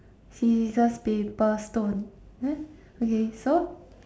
scissors paper stone there okay so